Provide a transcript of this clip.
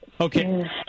Okay